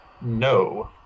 No